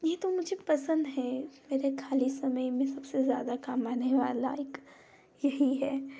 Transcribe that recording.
ये तो मुझे पसंद है मेरे खाली समय में सबसे ज्यादा काम आने वाला एक यही है